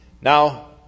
Now